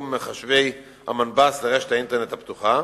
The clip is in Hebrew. מחשבי המנב"ס לרשת האינטרנט הפתוחה,